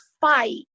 fight